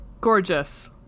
gorgeous